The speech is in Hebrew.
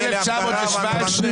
אין לכם סמכות לעשות את זה.